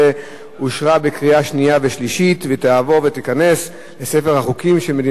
אושר בקריאה שנייה ושלישית וייכנס לספר החוקים של מדינת ישראל.